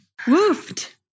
Woofed